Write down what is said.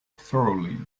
thoroughly